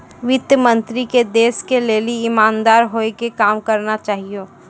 वित्त मन्त्री के देश के लेली इमानदार होइ के काम करना चाहियो